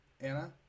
Anna